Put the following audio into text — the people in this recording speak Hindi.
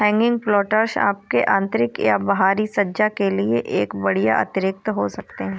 हैगिंग प्लांटर्स आपके आंतरिक या बाहरी सज्जा के लिए एक बढ़िया अतिरिक्त हो सकते है